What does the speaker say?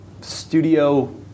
studio